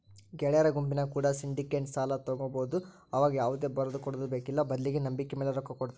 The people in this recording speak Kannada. ಗೆಳೆಯರ ಗುಂಪಿನ್ಯಾಗ ಕೂಡ ಸಿಂಡಿಕೇಟೆಡ್ ಸಾಲ ತಗಬೊದು ಆವಗ ಯಾವುದೇ ಬರದಕೊಡದು ಬೇಕ್ಕಿಲ್ಲ ಬದ್ಲಿಗೆ ನಂಬಿಕೆಮೇಲೆ ರೊಕ್ಕ ಕೊಡುತ್ತಾರ